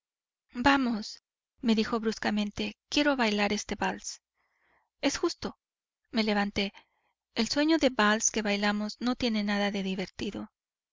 hombros vamos me dijo bruscamente quiero bailar este vals es justo me levanté el sueño de vals que bailábamos no tiene nada de divertido